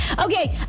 Okay